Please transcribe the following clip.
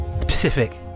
Pacific